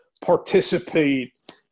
participate